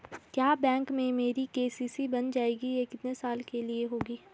क्या बैंक में मेरी के.सी.सी बन जाएगी ये कितने साल के लिए होगी?